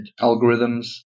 algorithms